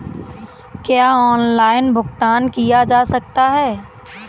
क्या ऑनलाइन भुगतान किया जा सकता है?